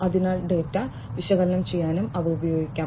അതിനാൽ ഡാറ്റ വിശകലനം ചെയ്യാനും അവ ഉപയോഗിക്കാം